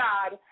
God